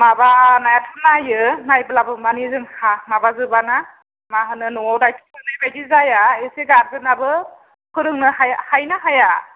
माबायाथ' नायो नायब्लाबो मानि जों हा माबाजोबाना मा होनो न'आव दायथ' लानाय बायदि जाया एसे गारजेनाबो फोरोंनो हाया हायो ना हाया